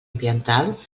ambiental